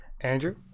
andrew